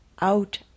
out